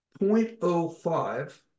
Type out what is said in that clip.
0.05